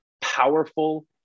powerful